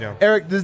Eric